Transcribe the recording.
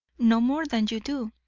no more than you do.